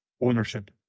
ownership